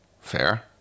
fair